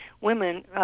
women